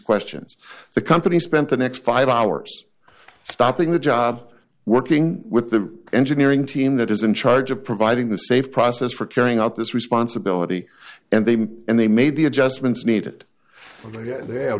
questions the company spent the next five hours stopping the job working with the engineering team that is in charge of providing the safe process for carrying out this responsibility and they and they made the adjustments need